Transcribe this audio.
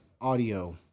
audio